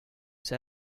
see